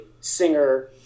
singer